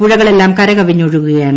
പുഴകളെല്ലാം കരകവിഞ്ഞ് ഒഴുകുകയാണ്